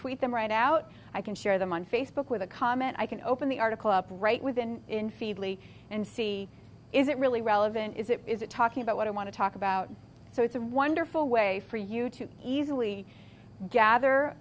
tweet them right out i can share them on facebook with a comment i can open the article up right within in feedly and see is it really relevant is it is it talking about what i want to talk about so it's a wonderful way for you to easily gather